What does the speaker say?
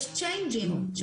יש חלפני כספים,